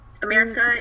America